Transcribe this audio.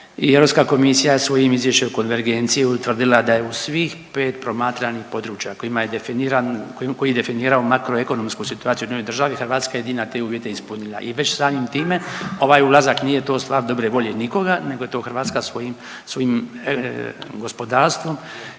Europska komisija je svojim izvješćem o konvergenciji utvrdila da je u svih 5 promatranih područja kojima je definirano, koji definiraju makroekonomsku situaciju u jednoj državi Hrvatska je jedina te uvjete ispunila i već samim time ovaj ulazak nije to stvar dobre volje nikoga nego je to Hrvatska svojim, svojim gospodarstvom